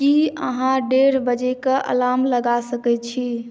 की अहाँ डेढ़ बजेके अलार्म लगा सकैत छी